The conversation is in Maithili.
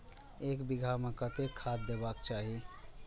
एक बिघा में कतेक खाघ देबाक चाही?